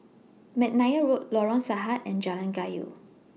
Mcnair Road Lorong Sahad and Jalan Kayu